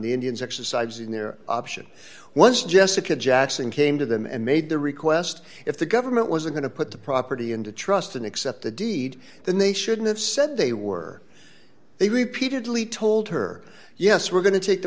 the indians exercising their option once jessica jackson came to them and made the request if the government was going to put the property into trust and accept the deed than they should have said they were they repeatedly told her yes we're going to take the